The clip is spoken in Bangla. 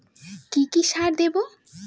কি কি সার দেবো?